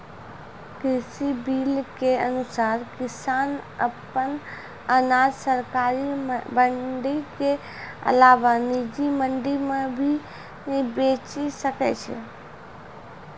कृषि बिल के अनुसार किसान अप्पन अनाज सरकारी मंडी के अलावा निजी मंडी मे भी बेचि सकै छै